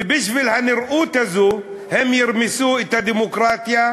ובשביל הנראות הזאת הם ירמסו את הדמוקרטיה,